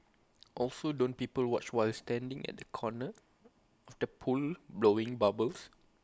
also don't people watch while standing at the corner of the pool blowing bubbles